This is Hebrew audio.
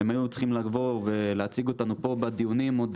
הם היו צריכים לבוא ולהציג אותנו פה בדיונים עוד